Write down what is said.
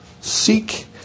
seek